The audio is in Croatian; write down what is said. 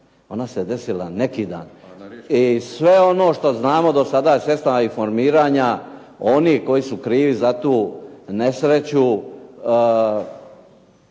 Ona se desila neki dan. I sve ono što znamo do sada sredstvima informiranja, oni koji su krivi za tu nesreću